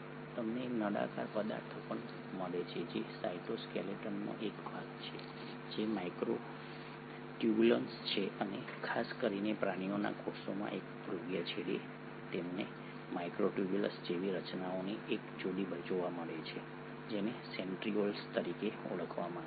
તમને નળાકાર પદાર્થો પણ મળે છે જે સાઇટોસ્કેલેટનનો એક ભાગ છે જે માઇક્રોટ્યુબ્યુલ્સ છે અને ખાસ કરીને પ્રાણીઓના કોષોમાં એક ધ્રુવીય છેડે તમને આ માઇક્રોટ્યુબ્યુલ જેવી રચનાઓની એક જોડી જોવા મળે છે જેને સેન્ટ્રિઓલ્સ તરીકે ઓળખવામાં આવે છે